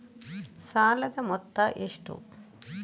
ಸಾಲದ ಮೊತ್ತ ಎಷ್ಟು?